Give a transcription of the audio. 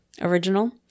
original